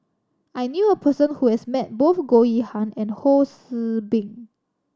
I knew a person who has met both Goh Yihan and Ho See Beng